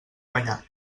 banyat